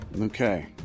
Okay